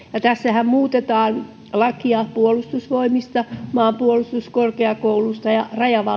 tässähän muutetaan lakia puolustusvoimista maanpuolustuskorkeakoulusta ja